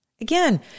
Again